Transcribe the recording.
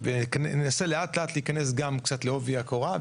וננסה לאט לאט להיכנס גם קצת לעובי הקורה.